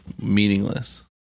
meaningless